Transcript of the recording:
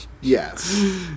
Yes